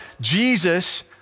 Jesus